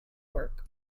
work